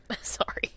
Sorry